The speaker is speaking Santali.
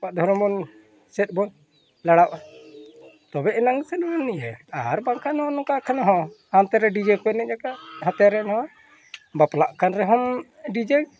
ᱟᱵᱚᱣᱟᱜ ᱫᱷᱚᱨᱚᱢ ᱵᱚᱱ ᱥᱮᱫ ᱵᱚᱱ ᱞᱟᱲᱟᱜᱼᱟ ᱛᱚᱵᱮ ᱟᱱᱟᱝ ᱥᱮ ᱵᱚᱱ ᱤᱭᱟᱹᱭᱟ ᱟᱨ ᱵᱟᱝᱠᱷᱟᱱ ᱱᱚᱜᱼᱚ ᱱᱚᱝᱠᱟ ᱠᱷᱟᱱ ᱦᱚᱸ ᱦᱟᱱᱛᱮ ᱨᱮ ᱰᱤᱡᱮ ᱠᱚ ᱮᱱᱮᱡ ᱟᱠᱟᱫ ᱦᱟᱱᱛᱮ ᱨᱮᱱ ᱦᱚᱲ ᱵᱟᱯᱞᱟᱜ ᱠᱟᱱ ᱨᱮᱦᱚᱢ ᱰᱤᱡᱮ